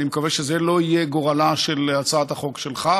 אני מקווה שזה לא יהיה גורלה של הצעת החוק שלך,